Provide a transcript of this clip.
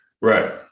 Right